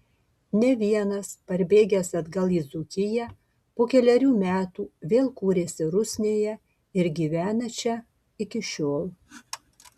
ne vienas parbėgęs atgal į dzūkiją po kelerių metų vėl kūrėsi rusnėje ir gyvena čia iki šiol